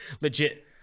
legit